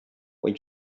when